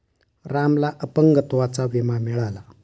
रामला अपंगत्वाचा विमा मिळाला